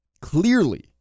Clearly